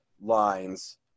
lines